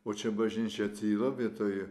o čia bažnyčioj tyla vietoj